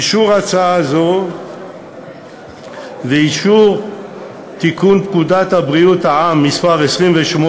אישור הצעה זו ואישור התיקון לפקודת בריאות העם (מס' 28)